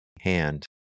hand